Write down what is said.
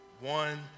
One